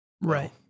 Right